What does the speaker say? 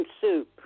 Soup